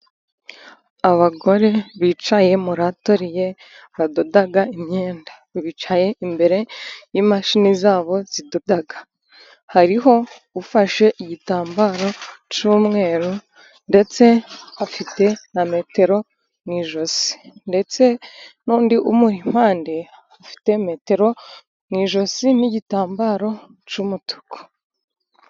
Abagore bicaye muri atoririye badoda imyenda. Bicaye imbere y'imashini za bo zidoda. Hariho ufashe igitambaro cy'umweru ndetse afite na metero mu ijosi. Ndetse n'undi umuri impande afite metero mu ijosi, n'igitambaro cy'umutuku.